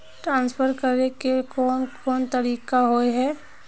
Transfer करे के कोन कोन तरीका होय है?